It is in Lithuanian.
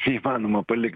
neįmanoma palik